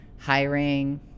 hiring